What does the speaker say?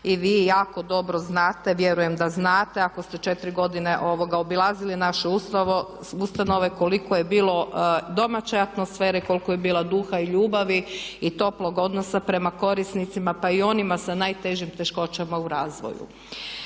I vi jako dobro znate, vjerujem da znate ako ste 4 godine obilazili naše ustanove, koliko je bilo domaće atmosfere, koliko je bilo duha i ljubavi i toplog odnosa prema korisnicima pa i onima sa najtežim teškoćama u razvoju.